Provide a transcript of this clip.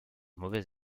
mauvais